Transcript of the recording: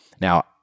Now